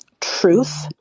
truth